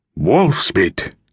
Wolfspit